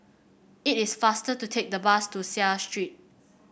it is faster to take the bus to Seah Street